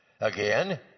Again